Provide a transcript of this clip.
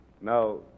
Now